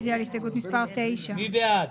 רוויזיה על הסתייגות מס' 44. מי בעד,